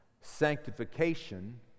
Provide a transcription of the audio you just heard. Sanctification